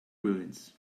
ruins